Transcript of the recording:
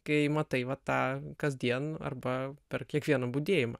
kai matai va tą kasdien arba per kiekvieną budėjimą